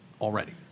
already